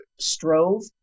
Strove